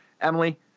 Emily